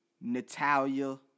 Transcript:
Natalia